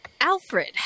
Alfred